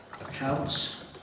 accounts